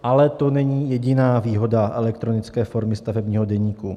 Ale to není jediná výhoda elektronické formy stavebního deníku.